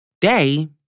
Day